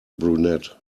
brunette